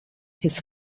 his